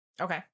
Okay